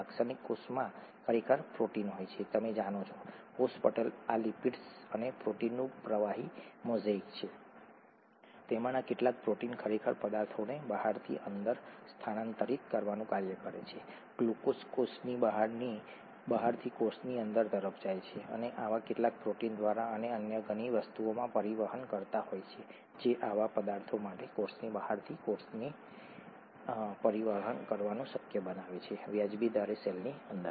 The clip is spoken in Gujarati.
લાક્ષણિક કોષમાં ખરેખર પ્રોટીન હોય છે તમે જાણો છો કોષ પટલ આ લિપિડ અને પ્રોટીનનું પ્રવાહી મોઝેઇક છે તેમાંના કેટલાક પ્રોટીન ખરેખર પદાર્થોને બહારથી અંદર સ્થાનાંતરિત કરવાનું કાર્ય કરે છે ગ્લુકોઝ કોષની બહારથી કોષની અંદર તરફ જાય છે આવા કેટલાક પ્રોટીન દ્વારા અને અન્ય ઘણી વસ્તુઓમાં પરિવહનકર્તા હોય છે જે આવા પદાર્થો માટે કોષની બહારથી કોષની બહારથી પરિવહન કરવાનું શક્ય બનાવે છે વાજબી દરે સેલની અંદર